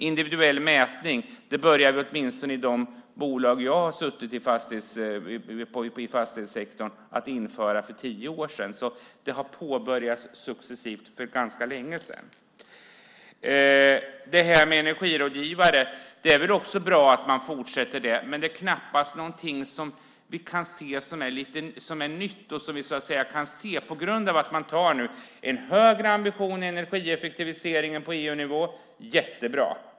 Individuell mätning började man införa för tio år sedan, åtminstone i de bolag jag har suttit i när det gäller fastighetssektorn, så det har påbörjats successivt för ganska länge sedan. Det är väl också bra att man fortsätter arbetet med energirådgivare, men det är knappast någonting som är nytt och som man kan se. Man har en högre ambition för energieffektiviseringen på EU-nivå. Det är jättebra.